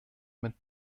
mit